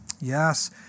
Yes